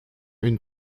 une